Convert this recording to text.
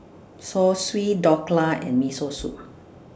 Zosui Dhokla and Miso Soup